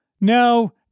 No